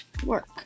work